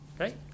okay